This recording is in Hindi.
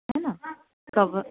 है ना कवर